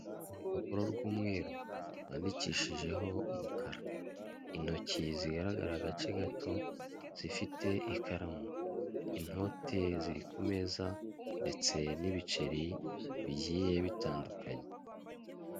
Urupapuro rw'umweru rwandikishijeho umukara. Intoki zigaragara agace gato zifite ikaramu. Inoti ziri ku meza ndetse n'ibiceri bigiye bitandukanye.